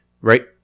right